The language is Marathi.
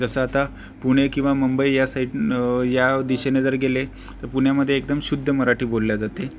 जसं आता पुणे किंवा मुंबई या साईडनं या दिशेनं जर गेले तर पुण्यामध्ये एकदम शुद्ध मराठी बोलली जाते